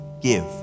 give